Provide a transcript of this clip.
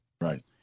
Right